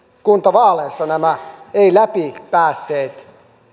kuntavaaleissa nämä ei läpipäässeet